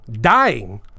Dying